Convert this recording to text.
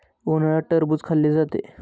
उन्हाळ्यात टरबूज खाल्ले जाते